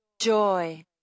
Joy